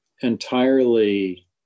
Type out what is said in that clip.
entirely